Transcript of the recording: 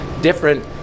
different